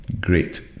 Great